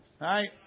right